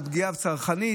זו פגיעה בצרכנים,